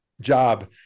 job